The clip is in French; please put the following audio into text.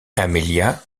amelia